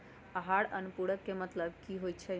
आहार अनुपूरक के मतलब की होइ छई?